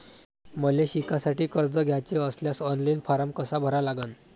मले शिकासाठी कर्ज घ्याचे असल्यास ऑनलाईन फारम कसा भरा लागन?